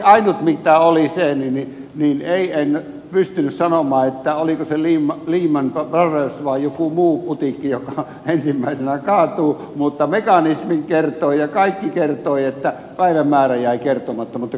ainut mitä hän ei pystynyt sanomaan oli se onko se lehman brothers vai joku muu putiikki joka ensimmäisenä kaatuu mutta mekanismin hän kertoi ja kaikki kertoi päivämäärä jäi kertomatta mutta